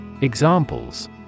Examples